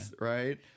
Right